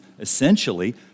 essentially